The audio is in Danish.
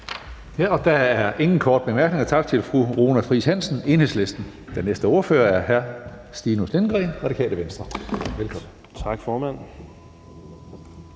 Hønge): Der er ingen korte bemærkninger. Tak til fru Runa Friis Hansen, Enhedslisten. Den næste ordfører er hr. Stinus Lindgreen, Radikale Venstre. Velkommen. Kl.